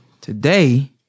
today